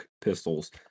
pistols